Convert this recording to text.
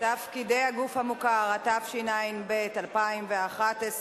(תפקידי הגוף המוכר), התשע"ב 2011,